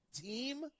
team